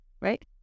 Right